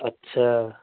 اچھا